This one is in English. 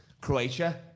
Croatia